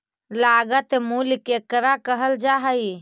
लागत मूल्य केकरा कहल जा हइ?